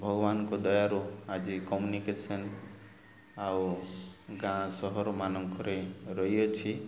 ଭଗବାନଙ୍କ ଦୟାରୁ ଆଜି କମ୍ୟୁନିକେସନ୍ ଆଉ ଗାଁ ସହରମାନଙ୍କରେ ରହିଅଛି